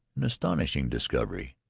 an astonishing discovery.